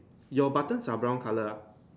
your buttons are brown color ah